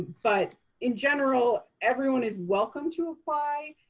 but in general, everyone is welcome to apply.